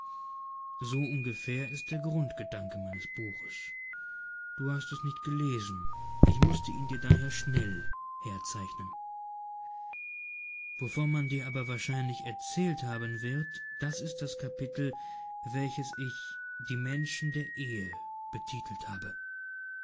so ungefähr ist der grundgedanke meines buches du hast es nicht gelesen ich mußte ihn dir daher schnell herzeichnen wovon man dir aber wahrscheinlich erzählt haben wird das ist das kapitel welches ich die menschen der ehe betitelt habe